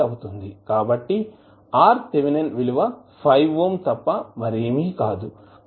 కాబట్టివిలువ 5 ohm తప్ప మరేమీ కాదు